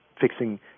fixing